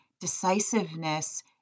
decisiveness